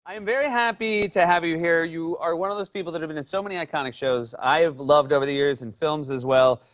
i am very happy to have you here. you are one of those people that have been in so many iconic shows i have loved over the years and films, as well.